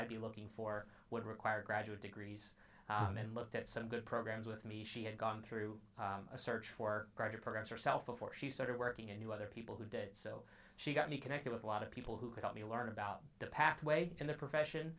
i'd be looking for would require graduate degrees and looked at some good programs with me she had gone through a search for graduate programs herself before she started working into other people who did so she got me connected with a lot of people who could help me learn about the pathway in the profession